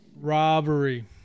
Robbery